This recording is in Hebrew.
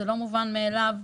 זה לא מובן מאליו.